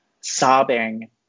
sobbing